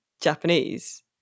Japanese